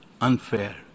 unfair